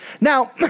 Now